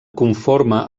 conforma